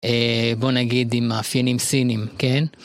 בוא נגיד עם מאפיינים סינים כן.